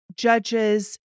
Judges